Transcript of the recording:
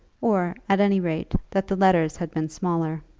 or, at any rate, that the letters had been smaller.